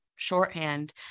shorthand